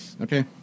Okay